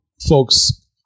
folks